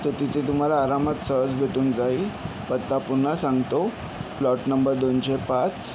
तर तिथे तुम्हाला आरामात सहज भेटून जाईल पत्ता पुन्हा सांगतो प्लॉट नंबर दोनशे पाच